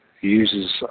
uses